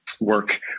work